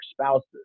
spouses